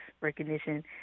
recognition